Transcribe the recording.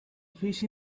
fish